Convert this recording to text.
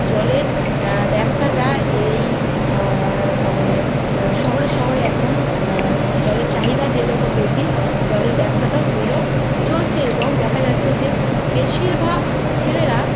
জলের ব্যবসাটা এই মানে শহরে শহরে এখন জলের চাহিদা যেরকম বেশি জলের ব্যবসাটাও সেরম চলছে এবং দেখা যাচ্ছে যে বেশিরভাগ ছেলেরা